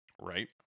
Right